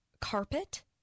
carpet